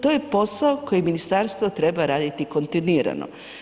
To je posao koje ministarstvo treba raditi kontinuirano.